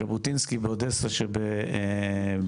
ז'בוטינסקי באודסה שבאוקראינה,